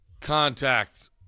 contact